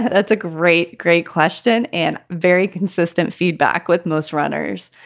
that's a great, great question and very consistent feedback with most runners.